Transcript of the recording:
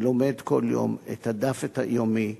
ולומד כל יום, את הדף היומי,